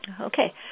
Okay